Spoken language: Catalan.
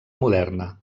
moderna